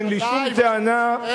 אין לי שום טענה, ודאי.